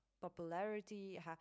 popularity